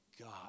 God